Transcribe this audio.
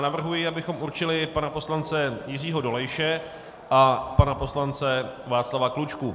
Navrhuji, abychom určili pana poslance Jiřího Dolejše a pana poslance Václava Klučku.